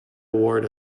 award